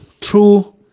true